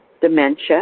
dementia